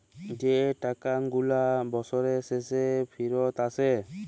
যে টাকা গুলা বসরের শেষে ফিরত আসে